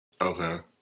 okay